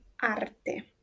arte